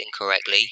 incorrectly